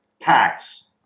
packs